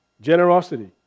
Generosity